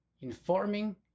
informing